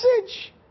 message